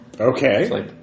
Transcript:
Okay